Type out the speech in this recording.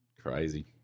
Crazy